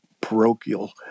parochial